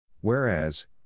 whereas